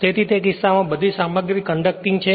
તેથી તે કિસ્સામાં બધી સામગ્રી કંડકટિંગ છે